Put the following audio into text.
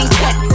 cut